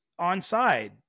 onside